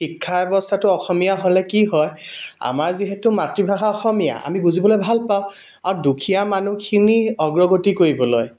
শিক্ষা ব্যৱস্থাটো অসমীয়া হ'লে কি হয় আমাৰ যিহেতু মাতৃভাষা অসমীয়া আমি বুজিবলৈ ভাল পাওঁ আৰু দুখীয়া মানুহখিনি অগ্ৰগতি কৰিবলৈ